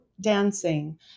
dancing